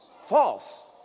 False